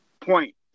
point